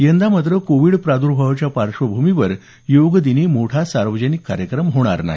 यंदा मात्र कोविड प्रादूर्भावाच्या पार्श्वभूमीवर योगदिनी मोठा सार्वजनिक कार्यक्रम होणार नाही